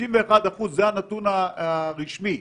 51% זה הנתון הרשמי.